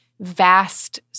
vast